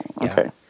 okay